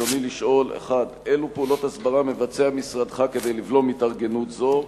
רצוני לשאול: 1. אילו פעולות הסברה מבצע משרדך כדי לבלום התארגנות זו?